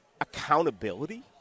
accountability